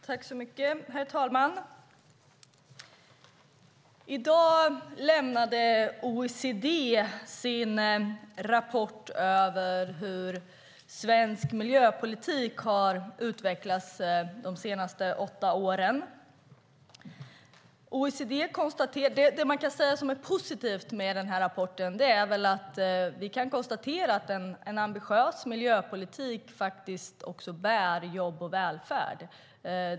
Herr talman! I dag lämnade OECD sin rapport över hur svensk miljöpolitik har utvecklats de senaste åtta åren. Det man kan säga är positivt med rapporten är att vi kan konstatera att en ambitiös miljöpolitik också bär jobb och välfärd.